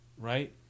right